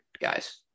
guys